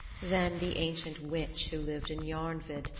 then the ancient witch who lived in jarnvid,